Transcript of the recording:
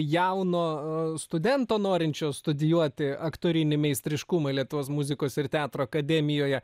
jauno studento norinčio studijuoti aktorinį meistriškumą lietuvos muzikos ir teatro akademijoje